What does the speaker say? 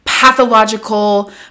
pathological